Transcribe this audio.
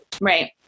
right